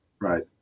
Right